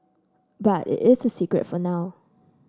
but it is a secret for now